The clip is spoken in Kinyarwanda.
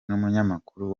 n’umunyamakuru